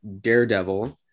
daredevil